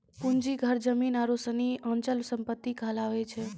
पूंजी घर जमीन आरु सनी अचल सम्पत्ति कहलावै छै